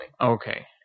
Okay